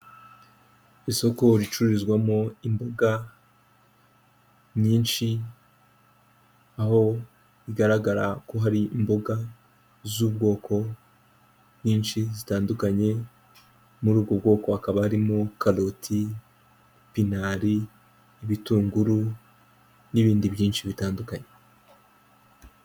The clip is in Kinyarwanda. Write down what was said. Isoko ricururizwamo imboga nyinshi, aho bigaragara ko hari imboga z'ubwoko bwinshi zitandukanye, muri ubwo bwoko hakaba harimo karoti, pinari, ibitunguru n'ibindi byinshi bitandukanye.